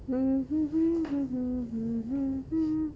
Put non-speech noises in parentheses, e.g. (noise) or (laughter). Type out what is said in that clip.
(noise)